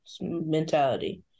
mentality